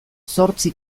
zortzi